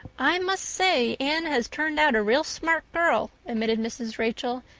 i must say anne has turned out a real smart girl, admitted mrs. rachel,